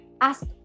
Ask